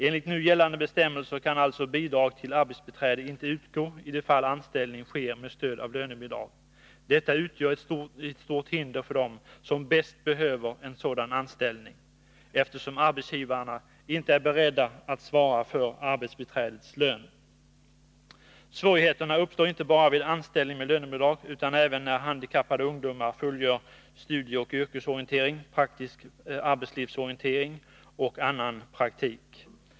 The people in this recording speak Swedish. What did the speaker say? Enligt nu gällande bestämmelser kan alltså bidrag till arbetsbiträde inte utgå i de fall anställning sker med stöd av lönebidrag. Detta utgör ett stort hinder för dem som bäst behöver en sådan anställning, eftersom arbetsgivarna inte är beredda att svara för arbetsbiträdets lön. Svårigheterna uppstår inte bara vid anställning med lönebidrag utan även när handikappade ungdomar fullgör studieoch yrkesorientering, praktisk arbetslivsorientering och annan praktik.